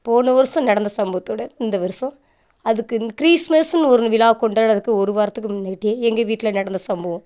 போன வருடம் நடந்த சம்பவத்தோடய இந்த வருடம் அதுக்கு கிறீஸ்மஸ்னு ஒரு விழா கொண்டாடுறதுக்கு ஒரு வாரத்துக்கு முன்னகூட்டியே எங்கள் வீட்டில் நடந்த சம்பவம்